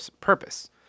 purpose